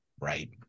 Right